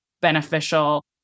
beneficial